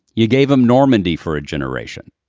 you gave them normandy for ah generation.